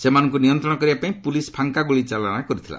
ସେମାନଙ୍କୁ ନିୟନ୍ତ୍ରଣ କରିବା ପାଇଁ ପୁଲିସ୍ ଫାଙ୍କା ଗୁଳିଚାଳନା କରିଥିଲା